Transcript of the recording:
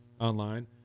online